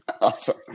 Awesome